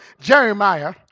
Jeremiah